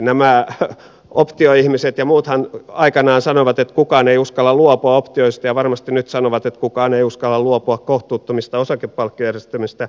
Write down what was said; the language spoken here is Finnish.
nämä optioihmiset ja muuthan aikanaan sanoivat että kukaan ei uskalla luopua optioista ja varmasti nyt sanovat että kukaan ei uskalla luopua kohtuuttomista osakepalkkiojärjestelmistä